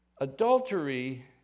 Adultery